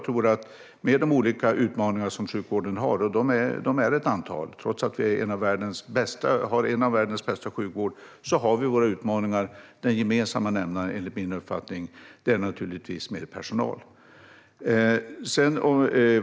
Trots att vår sjukvård är en av världens bästa har vi olika utmaningar. Den gemensamma nämnaren är enligt min uppfattning att det behövs mer personal.